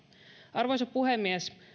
arvoisa puhemies